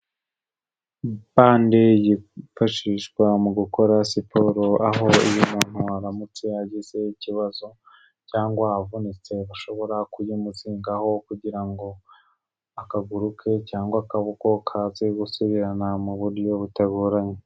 Bande yifashishwa mu gukora siporo, aho iyo muntu aramutse ageze ikibazo cyangwa avunitse bashobora kuyimuzingaho kugira ngo akaguru ke cyangwa akaboko kaze gusubirana mu buryo butagoranye.